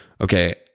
okay